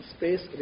Space